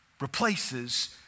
replaces